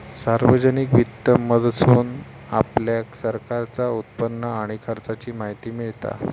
सार्वजनिक वित्त मधसून आपल्याक सरकारचा उत्पन्न आणि खर्चाची माहिती मिळता